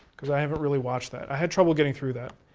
because i haven't really watched that. i had trouble getting through that.